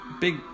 big